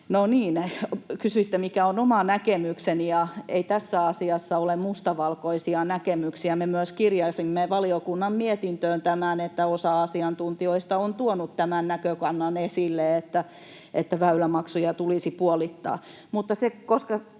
No niin, kysyitte, mikä on oma näkemykseni, ja ei tässä asiassa ole mustavalkoisia näkemyksiä. Me kirjasimme myös valiokunnan mietintöön tämän, että osa asiantuntijoista on tuonut tämän näkökannan esille, että väylämaksuja tulisi puolittaa.